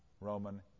Roman